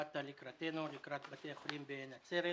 באת לקראתנו, לקראת בתי החולים בנצרת.